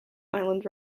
island